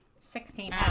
Sixteen